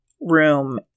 room